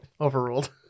Overruled